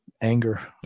anger